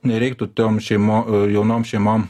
nereiktų tom šeimo jaunom šeimom